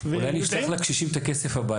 --- אולי נשלח לקשישים את כסף הביתה?